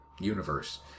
universe